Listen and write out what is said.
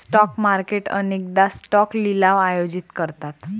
stock market अनेकदा stock लिलाव आयोजित करतात